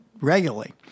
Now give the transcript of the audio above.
regularly